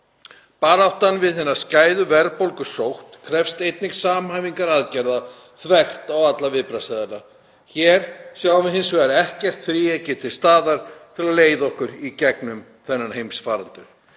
Baráttan við hina skæðu verðbólgusótt krefst einnig samhæfingar aðgerða þvert á alla viðbragðsaðila. Hér sjáum við hins vegar ekkert þríeyki til staðar til að leiða okkur í gegnum þennan heimsfaraldur.